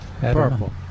Purple